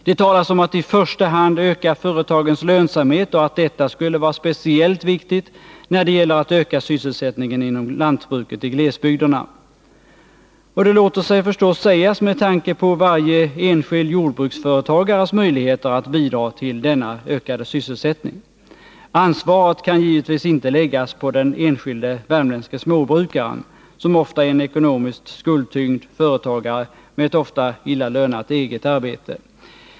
Det talas om att företagens lönsamhet i första hand måste ökas och att detta skulle vara speciellt viktigt när det gäller att öka sysselsättningen inom lantbruket i glesbygderna. Det låter sig förstås sägas med tanke på varje enskild jordbruksföretagares möjligheter att bidra till denna ökade sysselsättning. Ansvaret kan givetvis inte läggas på den enskilde värmländske småbrukaren, som ofta är en ekonomiskt skuldtyngd företagare med ett många gånger illa lönat eget arbete.